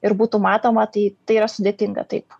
ir būtų matoma tai tai yra sudėtinga taip